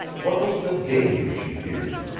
what was the danger she feared?